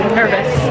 nervous